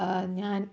ഞാൻ